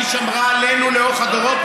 והיא שמרה עלינו לאורך הדורות,